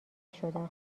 شدم